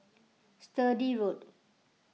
Sturdee Road